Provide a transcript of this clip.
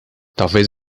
talvez